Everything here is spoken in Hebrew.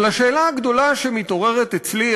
אבל השאלה הגדולה שמתעוררת אצלי,